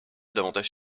davantage